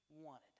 wanted